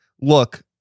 look